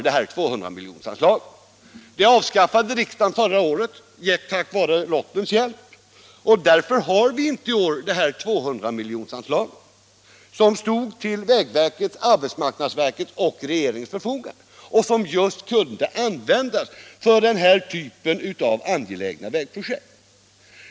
Det anslaget avskaffade riksdagen förra året med lottens hjälp. Därför har vi inte längre detta 200-miljonersanslag, som stod till vägverkets, arbetsmarknadsverkets och regeringens förfogande och som alltså kunde användas för den här typen av angelägna vägprojekt.